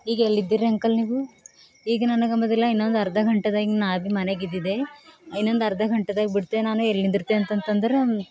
ಈಗ ಎಲ್ಲಿದ್ದೀರಿ ರೀ ಅಂಕಲ್ ನೀವು ಈಗ ನನಗೆ ಅಂಬೋದಿಲ್ಲ ಇನ್ನೊಂದು ಅರ್ಧ ಗಂಟೆದಾಗ ನಾನು ಅಭೀ ಮನೆಗೆ ಇದ್ದಿದ್ದೆ ಇನ್ನೊಂದು ಅರ್ಧ ಗಂಟೆದಾಗ ಬಿಡ್ತೀನಿ ನಾನು ಎಲ್ಲಿ ನಿಂದಿರ್ತೆ ಅಂತಂತಂದ್ರೆ